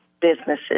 businesses